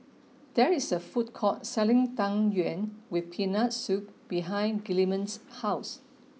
there is a food court selling Tang Yuen with peanut soup behind Gilman's house